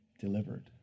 delivered